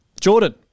Jordan